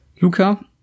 Luca